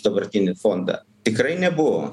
dabartinį fondą tikrai nebuvo